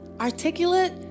articulate